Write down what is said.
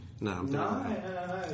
No